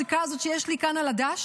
את הסיכה הזאת שיש לי כאן על הדש,